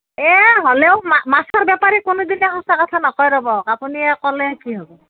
এ হ'লেও মা মাছৰ বেপাৰী কোনো দিনে সঁচা কথা নকয় ৰ'ব আপুনি ক'লে কি হ'ব